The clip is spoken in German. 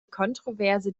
kontroverse